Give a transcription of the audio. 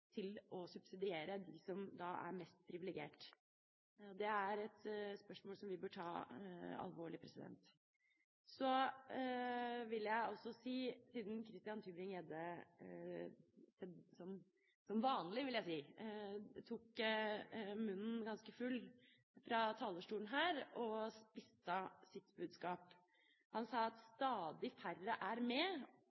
til å subsidiere dem som er mest privilegert? Det er et spørsmål som vi bør ta alvorlig. Så til Christian Tybring-Gjedde, som – som vanlig, vil jeg si – tok munnen ganske full fra talerstolen og spisset sitt budskap. Han sa at